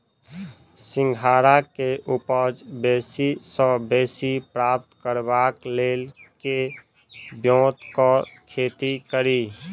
सिंघाड़ा केँ उपज बेसी सऽ बेसी प्राप्त करबाक लेल केँ ब्योंत सऽ खेती कड़ी?